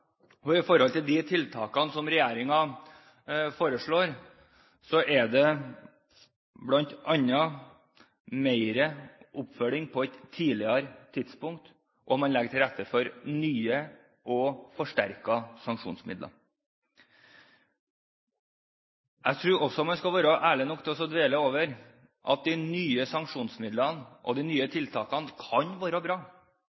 de tiltakene som regjeringen foreslår, er det bl.a. mer oppfølging på et tidligere tidspunkt, og man legger til rette for nye og forsterkede sanksjonsmidler. Jeg tror også man skal være ærlig nok til å dvele ved at selv om de nye sanksjonsmidlene og de nye tiltakene kan være bra,